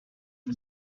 une